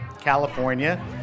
California